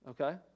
Okay